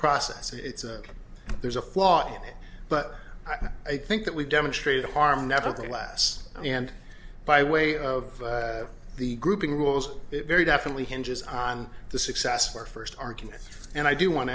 process and it's a there's a flaw in it but i think that we've demonstrated harm nevertheless and by way of the grouping rules very definitely hinges on the success of our first argument and i do want to